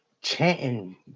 chanting